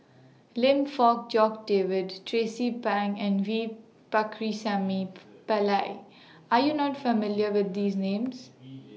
Lim Fong Jock David Tracie Pang and V Pakirisamy Pillai Are YOU not familiar with These Names